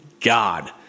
God